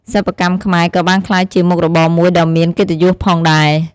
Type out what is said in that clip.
សិប្បកម្មខ្មែរក៏បានក្លាយជាមុខរបរមួយដ៏មានកិត្តិយសផងដែរ។